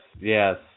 yes